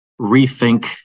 rethink